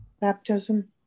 Baptism